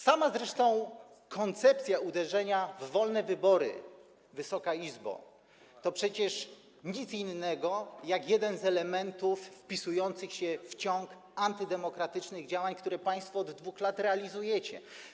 Sama zresztą koncepcja uderzenia w wolne wybory, Wysoka Izbo, to przecież nic innego jak jeden z elementów wpisujących się w ciąg antydemokratycznych działań, które państwo od 2 lat realizujecie.